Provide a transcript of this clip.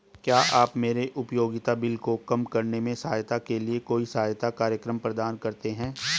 क्या आप मेरे उपयोगिता बिल को कम करने में सहायता के लिए कोई सहायता कार्यक्रम प्रदान करते हैं?